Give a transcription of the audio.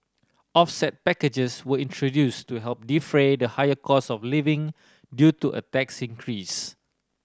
offset packages were introduced to help defray the higher cost of living due to a tax increase